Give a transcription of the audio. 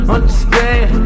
Understand